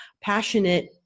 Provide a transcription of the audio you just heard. passionate